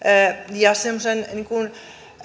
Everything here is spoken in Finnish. ja